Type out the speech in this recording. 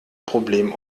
problem